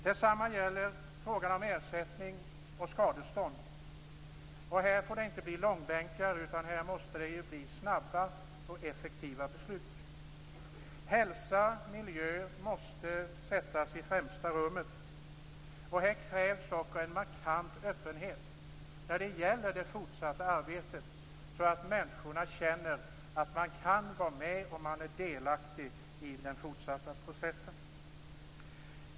Detsamma gäller frågan om ersättning och skadestånd. De här frågorna får inte dras i långbänk, utan här måste det bli snabba och effektiva beslut. Hälsa och miljö måste sättas i främsta rummet. Här krävs också en markant öppenhet när det gäller det fortsatta arbetet, så att människorna känner att de kan vara med och att de är delaktiga i den fortsatta processen.